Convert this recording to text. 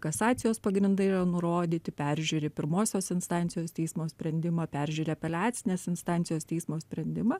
kasacijos pagrindai yra nurodyti peržiūri pirmosios instancijos teismo sprendimą peržiūri apeliacinės instancijos teismo sprendimą